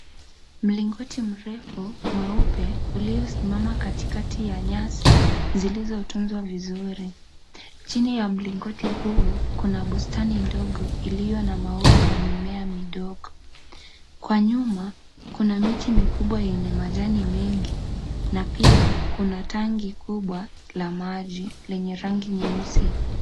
Mlingoti mrefu mweupe uliosimama katikati ya nyasi zilizotunzwa vizuri. Chini ya mlingoti huu kuna bustani ndogo iliyo na maua na mimea midogo. Kwa nyuma kuna miti mikubwa yenye majani mengi. Na pia kuna tanki kubwa la maji lenye rangi nyeusi.